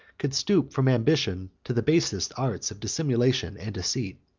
could stoop from ambition to the basest arts of dissimulation and deceit.